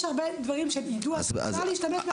יש הרבה דברים של יידוע שאפשר להשתמש ב